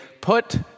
put